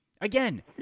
Again